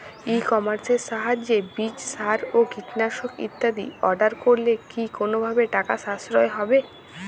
ই কমার্সের সাহায্যে বীজ সার ও কীটনাশক ইত্যাদি অর্ডার করলে কি কোনোভাবে টাকার সাশ্রয় হবে?